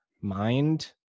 mind